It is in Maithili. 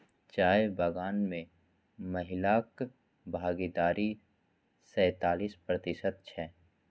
चाय बगान मे महिलाक भागीदारी सैंतालिस प्रतिशत छै